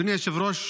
אדוני היושב-ראש,